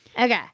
Okay